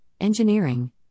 engineering